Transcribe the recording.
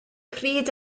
pryd